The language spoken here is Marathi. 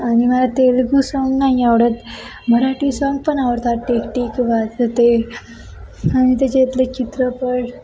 आणि मला तेलगू साँग नाही आवडत मराठी साँग पण आवडतात टिकटिक वाजते आणि त्याच्यातले चित्रपट